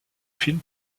film